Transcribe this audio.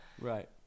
Right